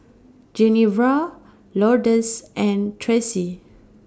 Genevra Lourdes and Traci